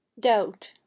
Doubt